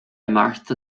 imeacht